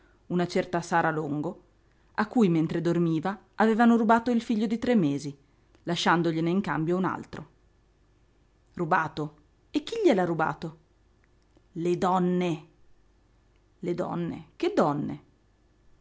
a cui mentre dormiva avevano rubato il figlio di tre mesi lasciandogliene in cambio un altro rubato e chi gliel'ha rubato le donne le donne che donne